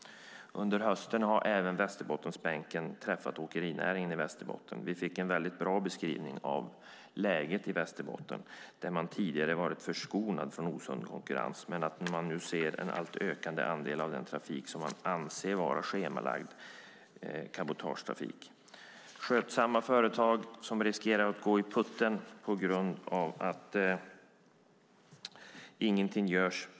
Under hösten har även Västerbottensbänken träffat åkerinäringen i Västerbotten. Vi fick en mycket bra beskrivning av läget i Västerbotten där man tidigare varit förskonad från osund konkurrens. Men nu anser man att en ökande andel av den trafik som man ser är schemalagd cabotagetrafik. Skötsamma företag riskerar att gå i putten på grund av att ingenting görs.